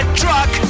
truck